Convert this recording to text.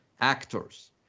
actors